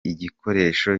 igikoresho